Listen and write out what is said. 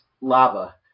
lava